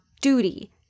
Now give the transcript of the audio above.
duty